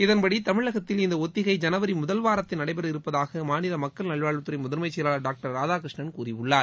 இதன்படி தமிழகத்தில் இந்த ஒத்திகை ஜனவரி முதல் வாரத்தில் நனடபெற இருப்பதாக மாநில மக்கள் நல்வாழ்வுத்துறை முதன்மை செயலாளர் டாக்டர் ராதாகிருஷ்ணன் கூறியுள்ளார்